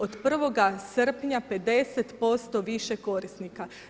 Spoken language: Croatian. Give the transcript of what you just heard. Od 1. srpnja 50% više korisnika.